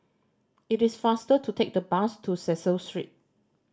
it is faster to take the bus to Cecil Street